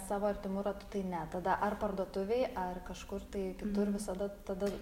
savo artimu ratu tai ne tada ar parduotuvėje ar kažkur tai kitur visada tada